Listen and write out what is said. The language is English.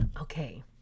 Okay